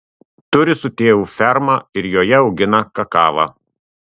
turi su tėvu fermą ir joje augina kakavą